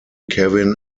kevin